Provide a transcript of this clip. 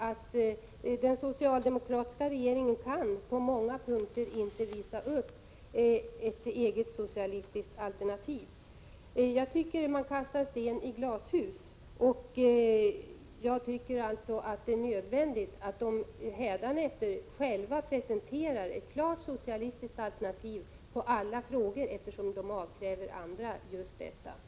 1986/87:94 kan på många punkter inte visa upp ett eget socialistiskt alternativ. Jag tycker 25 mars 1987 att man kastar sten i glashus. Det är nödvändigt att regeringen hädanefter presenterar ett socialistiskt alternativ i alla frågor, eftersom man avkräver andra ett borgerligt.